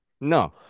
No